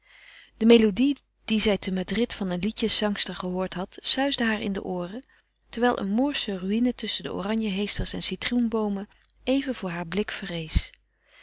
de melodie die zij te madrid van een liedjeszangster gehoord had suisde haar in de ooren terwijl een moorsche ruïne tusschen de oranjeheesters en citroenboomen even voor haar blik verrees